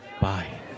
Bye